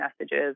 messages